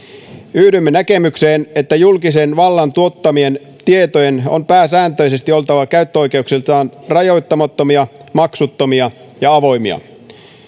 yhdymme näkemykseen että julkisen vallan tuottamien tietojen on pääsääntöisesti oltava käyttöoikeuksiltaan rajoittamattomia maksuttomia ja avoimia